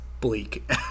bleak